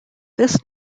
this